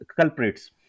culprits